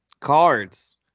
Cards